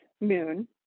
moon